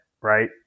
right